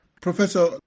professor